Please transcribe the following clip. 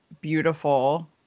beautiful